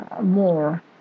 more